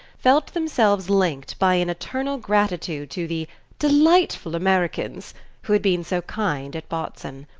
felt themselves linked by an eternal gratitude to the delightful americans who had been so kind at botzen.